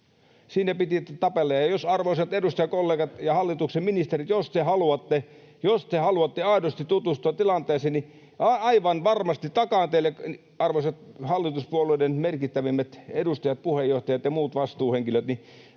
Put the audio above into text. Siinä piti tapella. Arvoisat edustajakollegat ja hallituksen ministerit, jos te haluatte aidosti tutustua tilanteeseen, niin aivan varmasti, arvoisat hallituspuolueiden merkittävimmät edustajat — puheenjohtajat ja muut vastuuhenkilöt —